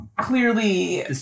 Clearly